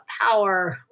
power